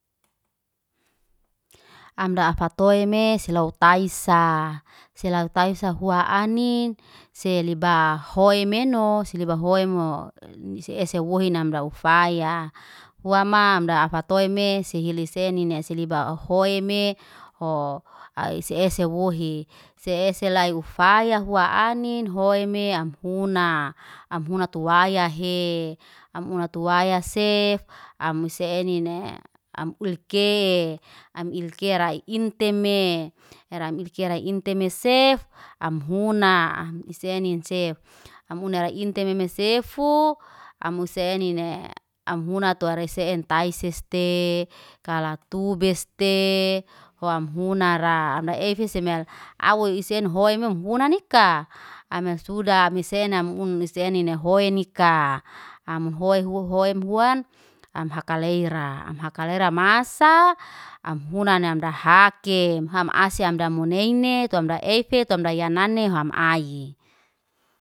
am da afatoe me, selewuo taisa. Selawuo taisa hua anin, seliba. Hoy meno, seliba ho'mo. Ni esi woy hinamdu ufayaa. Hua ma amda afatoy me sihili senines, seliba foy'me ho ai se esiwuhi, se ese lai ufaya hua' anin, hoeme amhuna. Am huna tuway hee, am huna tuwaya sef, am use'enin. Am'ulikee. Am'ilke ra'i inteme, eray im'ibke ra'i inteme sef, amhuna es enin sef. Amhuna ra'i intememe sefuu, amhuse' nine, amhuna tuway rese'en taiseste, kala tubeste, hoam hunara'a. Amda efe semel, awoy isen ho'eme mhuna nikaa. Ame suda amisena mun lisenine ho'enika, amho'e hua ho'em hua. Am haka leira masaa, amhuna na amda hakem, ham asya amda muneine, tuamda efee, tuamda yanane huam ayi.